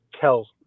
tell